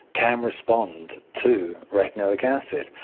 can respond to retinoic acid.